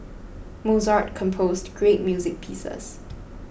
Mozart composed great music pieces